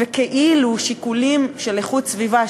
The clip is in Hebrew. וכאילו שיקולים של איכות סביבה,